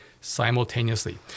simultaneously